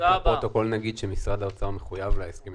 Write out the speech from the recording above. אני יודע שגם משרד האוצר מתנגד לזה.